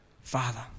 father